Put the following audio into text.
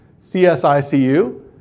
CSICU